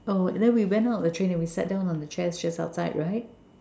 oh and then we went out of the train and then we sat down on the chairs just outside right